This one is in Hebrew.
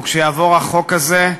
או כשיעבור החוק הזה,